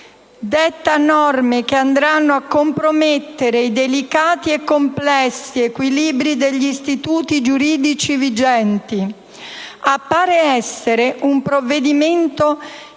detta norme che andranno a compromettere i delicati e complessi equilibri degli istituti giuridici vigenti. Appare essere un provvedimento istituzionale